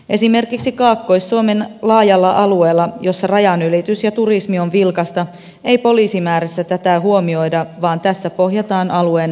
esimerkiksi kaakkois suomen laajalla alueella missä rajanylitys ja turismi on vilkasta ei poliisimäärissä tätä huomioida vaan tässä pohjataan alueen väestömäärään